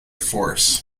force